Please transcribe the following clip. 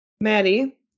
Maddie